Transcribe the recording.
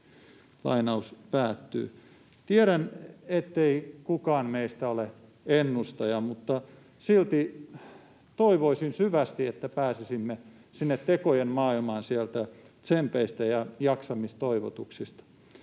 tai ei ole.” Tiedän, ettei kukaan meistä ole ennustaja, mutta silti toivoisin syvästi, että pääsisimme sinne tekojen maailmaan sieltä tsempeistä ja jaksamistoivotuksista.